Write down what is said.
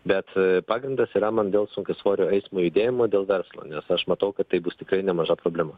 bet pagrindas yra man dėl sunkiasvorio eismo judėjimo dėl verslo nes aš matau kad taip bus tikrai nemaža problema